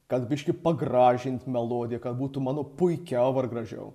kad biškį pagražint melodiją kad būtų mano puikiau ar gražiau